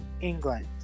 England